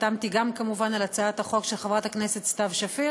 חתמתי גם כמובן על הצעת החוק של חברת הכנסת סתיו שפיר,